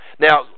Now